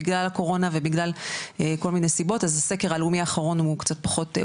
בגלל הקורונה ובגלל כל מיני סיבות אז סקר הלאומי האחרון הוא קצת פחות,